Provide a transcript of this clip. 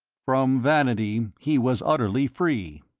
from vanity he was utterly free.